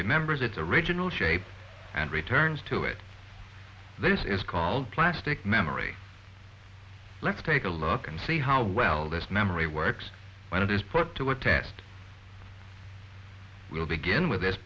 remembers its original shape and returns to it this is called plastic memory let's take a look and see how well this memory works when it is put to a test we will begin with this